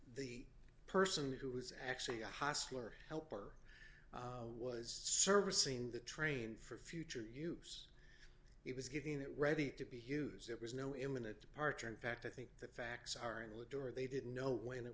the person who was actually a hostler helper was servicing the train for future use it was getting it ready to be use it was no imminent departure in fact i think the facts are in the door they didn't know when it